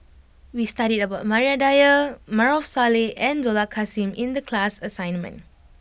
we studied about Maria Dyer Maarof Salleh and Dollah Kassim in the class assignment